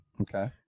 okay